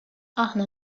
aħna